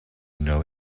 know